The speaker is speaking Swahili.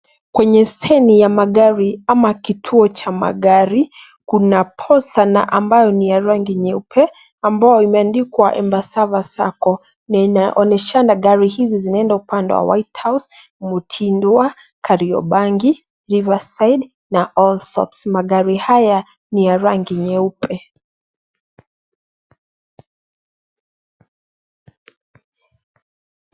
Kwenye steni ya magari au kituo cha magari, kuna posa na ambayo ni ya rangi nyeupe ambayo imeandikwa embasava sacco na inaonyeshana gari hizi zinaenda upande wa Whitehouse, mutindwa, kariobangi, River side na all socks. Magari haya ni ya nyeupe.